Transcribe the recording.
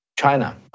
China